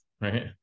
right